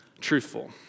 truthful